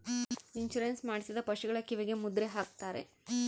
insurance ಮಾಡಿಸಿದ ಪಶುಗಳ ಕಿವಿಗೆ ಮುದ್ರೆ ಹಾಕ್ತಾರೆ